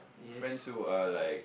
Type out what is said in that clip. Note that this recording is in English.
friends who are like